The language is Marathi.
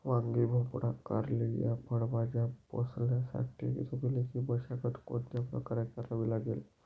वांगी, भोपळा, कारली या फळभाज्या पोसण्यासाठी जमिनीची मशागत कोणत्या प्रकारे करावी लागेल?